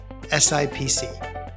sipc